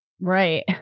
Right